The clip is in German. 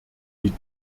die